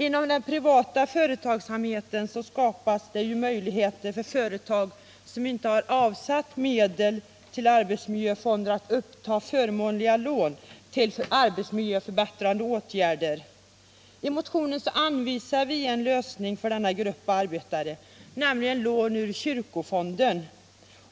Inom den privata företagsamheten har det skapats möjligheter för företag som inte avsatt medel till arbetsmiljöfonder att uppta förmånliga lån till arbetsmiljöförbättrande åtgärder. I motionen anvisade vi en lösning i samma riktning när det gäller kyrkogårdsarbetarna, nämligen lån ur kyrkofonden,